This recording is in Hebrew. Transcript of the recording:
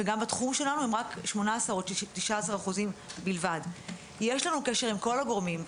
ובתחום שלנו הם רק 18%. יש לנו קשר עם כל הגורמים,